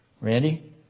Randy